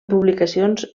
publicacions